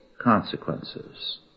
consequences